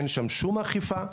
אין שם שום אכיפה.